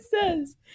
says